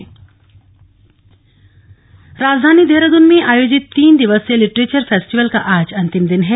literature festival राजधानी देहरादून में आयोजित तीन दिवसीय लिटरेचर फेस्टिवल का आज अंतिम दिन है